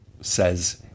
says